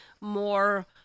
more